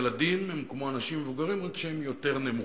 ילדים הם כמו אנשים מבוגרים רק שהם יותר נמוכים.